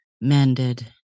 mended